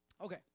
Okay